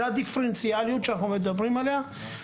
זה הדיפרנציאליות שאנחנו מדברים עליה.